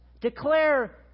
declare